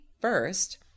first